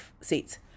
seats